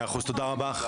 100%, תודה רבה.